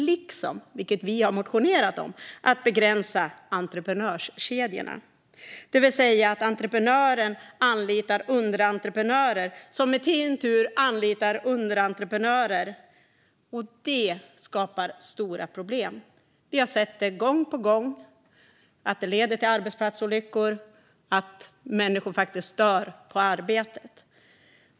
Man konstaterar också, vilket vi har motionerat om, att man borde begränsa entreprenörskedjorna, det vill säga att entreprenören anlitar underentreprenörer som i sin tur anlitar underentreprenörer. Det skapar stora problem. Vi har gång på gång sett att det leder till arbetsplatsolyckor och till att människor faktiskt dör på arbetet.